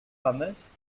hummus